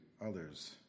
others